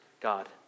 God